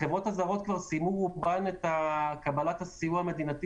החברות הזרות סיימו מזמן את קבלת הסיוע המדינתי